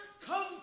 comes